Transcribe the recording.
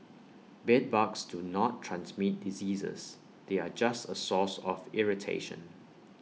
bedbugs do not transmit diseases they are just A source of irritation